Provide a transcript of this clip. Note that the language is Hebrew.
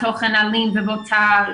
תוכן אלים ובוטה,